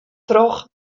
troch